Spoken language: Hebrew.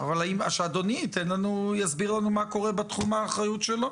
שאדוני יסביר לנו מה קורה בתחום האחריות שלו